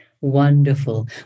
Wonderful